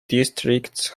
districts